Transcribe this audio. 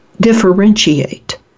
differentiate